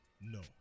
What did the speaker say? No